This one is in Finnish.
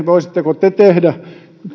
voisitteko te tehdä